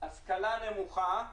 השכלה נמוכה,